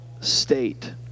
state